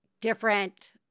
different